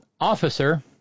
Officer